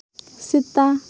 ᱥᱮᱛᱟ